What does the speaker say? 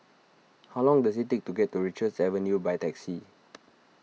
how long does it take to get to Richards Avenue by taxi